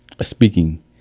speaking